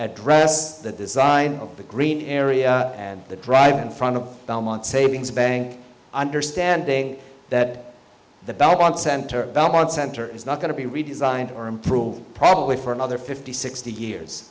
address the design of the green area and the drive in front of belmont savings bank understanding that the balance center belmont center is not going to be redesigned or improved probably for another fifty sixty years